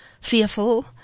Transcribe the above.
fearful